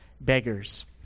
beggars